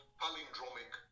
palindromic